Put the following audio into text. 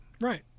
Right